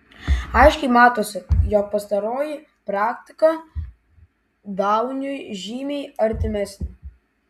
aiškiai matosi jog pastaroji praktika dauniui žymiai artimesnė